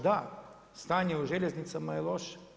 Da, stanje u željeznicama je loše.